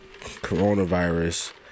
coronavirus